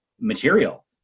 material